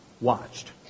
watched